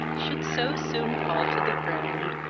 should so soon fall to the ground,